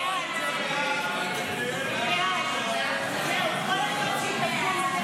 חוק מניעת פגיעת גוף שידורים זר בביטחון